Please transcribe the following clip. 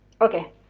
Okay